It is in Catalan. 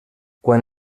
quan